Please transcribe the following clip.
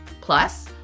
Plus